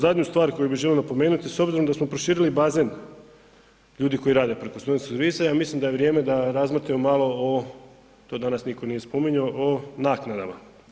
Zadnju stvar koju bi želio napomenuti, s obzirom da smo proširili bazen ljudi koji rade preko student servisa, ja mislim da je vrijeme da razmotrimo malo o, to danas niko nije spominjao, o naknadama.